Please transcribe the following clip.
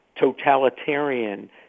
totalitarian